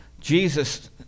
Jesus